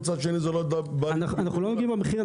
ומצד שני זה --- אנחנו לא נוגעים במחיר,